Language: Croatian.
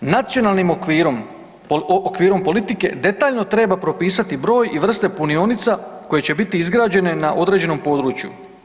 Nacionalnim okvirom, okvirom politike detaljno treba propisati broj i vrste punionica koje će biti izgrađene na određenom području.